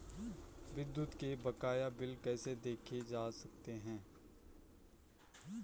विद्युत के बकाया बिल कैसे देखे जा सकते हैं?